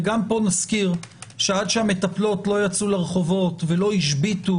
וגם כאן נשכיר שעד שהמטפלות לא יצאו לרחובות ולא השביתו